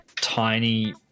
tiny